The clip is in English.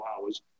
hours